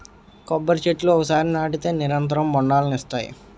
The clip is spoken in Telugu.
కొబ్బరి చెట్లు ఒకసారి నాటితే నిరంతరం బొండాలనిస్తాయి